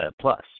plus